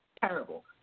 terrible